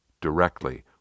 directly